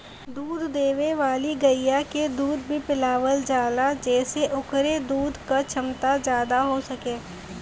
दूध देवे वाली गइया के दूध भी पिलावल जाला जेसे ओकरे दूध क छमता जादा हो सके